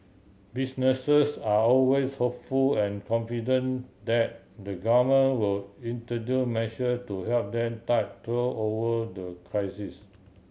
businesses are always hopeful and confident that the Government will introduce measure to help then tide through over the crisis